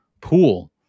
pool